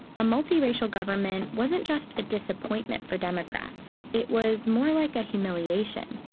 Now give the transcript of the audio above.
a multiracial government wasn't just a disappointment for democrats. it was more like a humiliation.